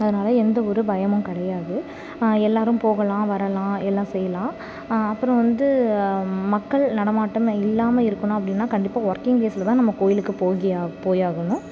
அதனால் எந்த ஒரு பயமும் கிடையாது எல்லோரும் போகலாம் வரலாம் எல்லாம் செய்யலாம் அப்புறம் வந்து மக்கள் நடமாட்டம் இல்லாமல் இருக்கணும் அப்படின்னா கண்டிப்பாக ஒர்க்கிங் டேஸ்ஸில் தான் நம்ம கோவிலுக்கு போகியா போயாகணும்